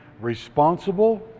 responsible